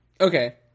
Okay